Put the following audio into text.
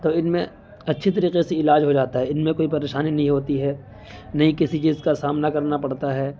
تو ان میں اچھی طریقے سے علاج ہو جاتا ہے ان میں کوئی پریشانی نہیں ہوتی ہے نہ ہی کسی چیز کا سامنا کرنا پڑتا ہے